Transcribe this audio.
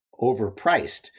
overpriced